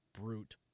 brute